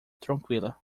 tranquila